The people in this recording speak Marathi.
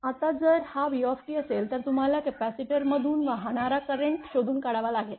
आता जर हा v असेल तर तुम्हाला कपॅसिटरमधून वाहणारा करेंट शोधून काढावा लागेल